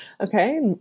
Okay